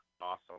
awesome